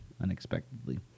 unexpectedly